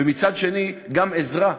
ומצד שני גם עזרה,